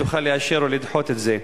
תוכל לאשר או לדחות את זה.